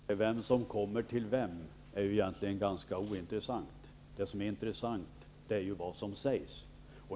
Herr talman! Vem som kommer till vem är egentligen ganska ointressant. Det som är intressant är vad som sägs.